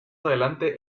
adelante